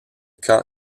quand